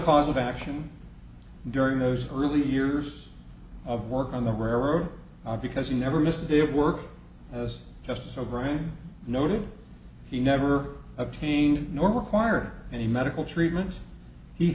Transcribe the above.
cause of action during those early years of work on the railroad are because he never missed a day of work as just so brain noted he never obtained nor require any medical treatment he